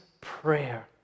prayer